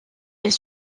est